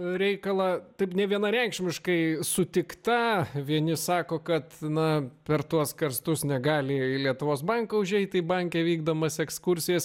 reikalą taip nevienareikšmiškai sutikta vieni sako kad na per tuos karstus negali į lietuvos banką užeit tai banke vykdomas ekskursijas